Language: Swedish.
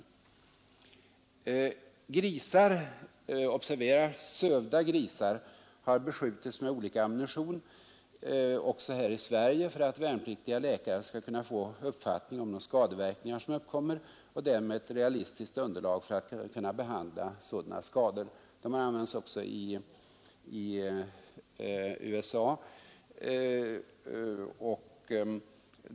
Sövda grisar — observera att de varit sövda — har beskjutits med olika ammunition också här i Sverige för att värnpliktiga läkare skall kunna få en uppfattning om de skadeverkningar som uppkommer och därmed ett realistiskt underlag för att kunna behandla sådana skador. Grisar har använts också i USA.